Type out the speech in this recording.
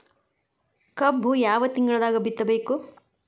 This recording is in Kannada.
ಕಬ್ಬು ಯಾವ ತಿಂಗಳದಾಗ ಬಿತ್ತಬೇಕು?